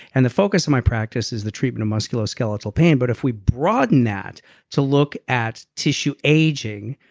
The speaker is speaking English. and the focus of my practice is the treatment of musculoskeletal pain. but if we broaden that to look at tissue aging,